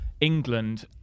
England